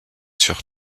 sur